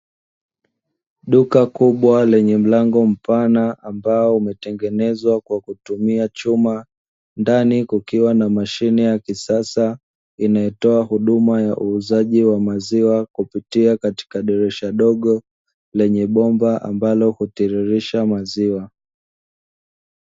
Duka kubwa lenye mlango mpana ambao umetengenezwa kwa kutumia chuma. Ndani kukiwa na mashine ya kisasa inayotoa huduma ya uuzaji wa maziwa kupitia katika dirisha dogo, lenye bomba ambalo hutiririsha maziwa.